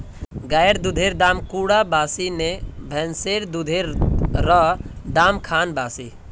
गायेर दुधेर दाम कुंडा बासी ने भैंसेर दुधेर र दाम खान बासी?